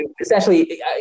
essentially